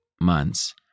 months